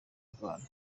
mirwano